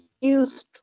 youth